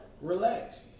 Relax